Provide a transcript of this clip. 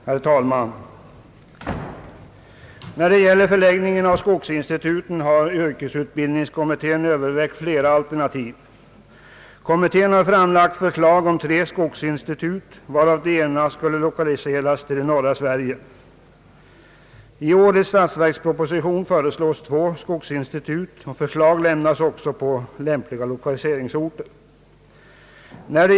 Herr talman! När det gäller förläggningen av skogsinstituten har yrkesutbildningskommittén övervägt flera alternativ. Kommittén har framlagt förslag om tre skogsinstitut, varav ett skulle lokaliseras till norra Sverige. I årets statsverksproposition föreslås två skogsinstitut, och förslag lämnas också om lämpliga lokaliseringsorter.